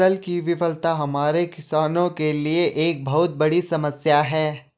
फसल की विफलता हमारे किसानों के लिए एक बहुत बड़ी समस्या है